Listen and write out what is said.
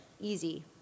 easy